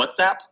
WhatsApp